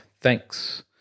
Thanks